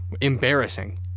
embarrassing